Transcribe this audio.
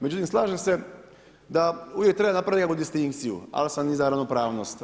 Međutim slažem se da uvijek treba napraviti neku distinkciju ali sam i za ravnopravnost.